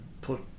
put